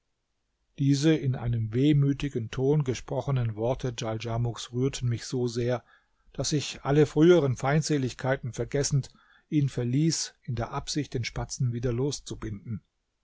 diese in einem wehmütigen ton gesprochenen worte djaldjamuks rührten mich so sehr daß ich alle früheren feindseligkeiten vergessend ihn verließ in der absicht den spatzen wieder loszubinden